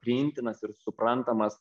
priimtinas ir suprantamas